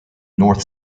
north